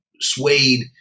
suede